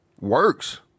works